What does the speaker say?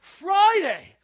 Friday